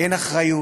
אין אחריות,